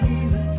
easy